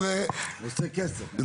הוא עושה כסף.